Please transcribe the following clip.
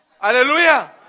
Hallelujah